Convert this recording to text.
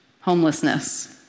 homelessness